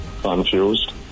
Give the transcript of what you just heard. confused